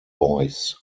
boys